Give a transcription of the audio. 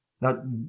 Now